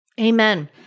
Amen